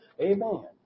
Amen